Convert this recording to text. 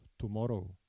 tomorrow